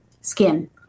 skin